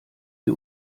sie